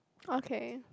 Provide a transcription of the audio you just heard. okay